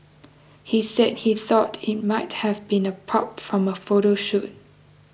he said he thought it might have been a prop from a photo shoot